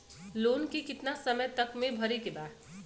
Loan के कितना समय तक मे भरे के बा?